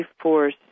force